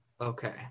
Okay